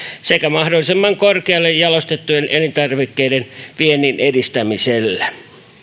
sekä mahdollisimman korkealle jalostettujen elintarvikkeiden viennin edistämisellä